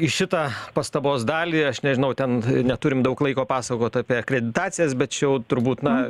į šitą pastabos dalį aš nežinau ten neturim daug laiko pasakot apie akreditacijas bet čia jau turbūt na